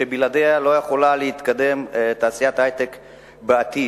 שבלעדיה לא יכולה להתקיים תעשיית היי-טק בעתיד.